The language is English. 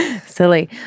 Silly